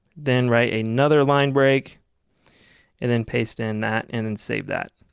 then write another line break and then paste in that and then save that.